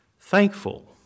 thankful